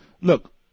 Look